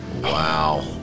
Wow